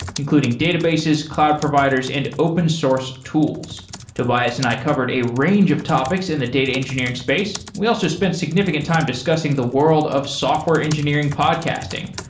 including databases, cloud providers and open source tools tobias and i covered a range of topics in the data engineering space, we also spent significant time discussing the world of software engineering podcasting,